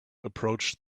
approached